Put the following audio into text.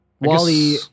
Wally